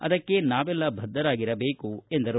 ಅದಕ್ಕೆ ನಾವೆಲ್ಲ ಬದ್ದರಾಗಿರಬೇಕು ಎಂದರು